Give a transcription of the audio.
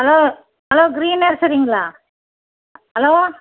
hello hello green நர்ஸரிங்களா hello